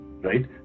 right